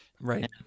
Right